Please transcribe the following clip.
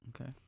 Okay